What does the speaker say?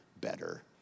better